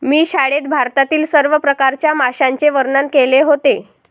मी शाळेत भारतातील सर्व प्रकारच्या माशांचे वर्णन केले होते